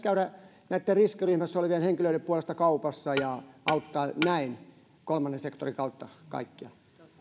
käydä näitten riskiryhmässä olevien henkilöiden puolesta kaupassa ja auttaa näin kolmannen sektorin kautta kaikkia